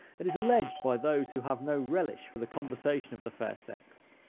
it is alleged by those who have no relish for the conversation of the fair sex,